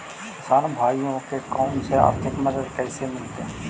किसान भाइयोके कोन से आर्थिक मदत कैसे मीलतय?